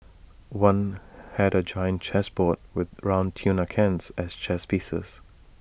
one had A giant chess board with round tuna cans as chess pieces